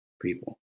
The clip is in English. people